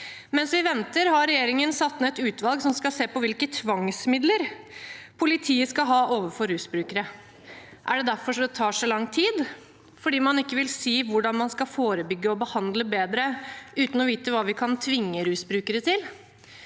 Mens vi venter, har regjeringen satt ned et utvalg som skal se på hvilke tvangsmidler politiet skal ha overfor rusbrukere. Er det derfor det tar så lang tid, fordi man ikke vil si hvordan man skal forebygge og behandle bedre, uten å vite hva vi kan tvinge rusbrukere til?